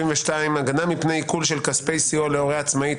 72) (הגנה מפני עיקול של כספי סיוע להורה עצמאי),